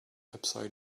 upside